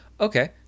Okay